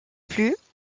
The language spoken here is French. plus